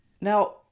Now